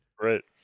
right